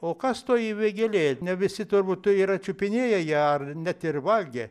o kas toji vėgėlė ne visi turbūt yra čiupinėję ją ar net ir valgę